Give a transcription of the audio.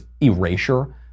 erasure